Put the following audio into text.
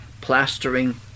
plastering